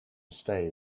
stay